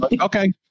okay